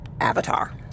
avatar